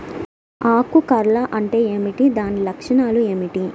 ఆకు కర్ల్ అంటే ఏమిటి? దాని లక్షణాలు ఏమిటి?